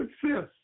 success